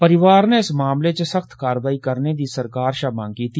परिवार नै इस मामले च सख्त कारवाई करने दी सरकार शा मंग कीती